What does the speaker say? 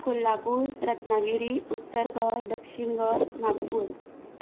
कोल्हापूर रत्नागिरी उत्तर गोंय दक्षीण गोंय नागपूर